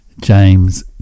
James